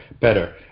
better